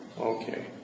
Okay